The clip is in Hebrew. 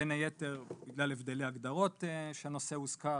בין היתר בגלל הבדלי הגדרות שהנושא הוזכר,